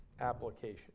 application